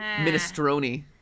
minestrone